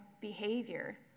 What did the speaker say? behavior